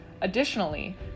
Additionally